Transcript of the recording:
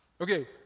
Okay